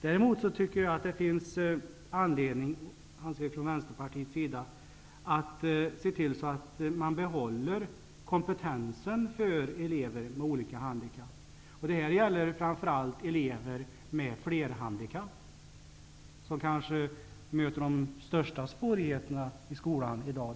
Däremot tycker jag att det finns anledning att se till att behålla kompetensen för elever med olika handikapp. Det gäller framför allt flerhandikappade elever, som kanske möter de största svårigheterna i skolan i dag.